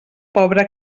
pobra